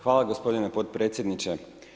Hvala gospodine potpredsjedniče.